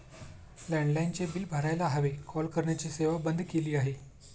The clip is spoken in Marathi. लँडलाइनचे बिल भरायला हवे, कॉल करण्याची सेवा बंद केली आहे